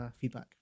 feedback